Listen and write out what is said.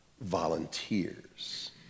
volunteers